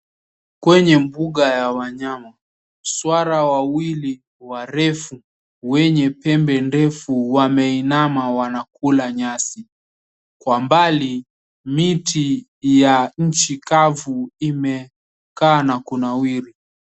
Kwenye mbuga ya wanyama swara wawili warefu wenye pembe ndefu wameinama wanakula nyasi kwa mbali miti ya inchi kavuu imekaa na kunawiri.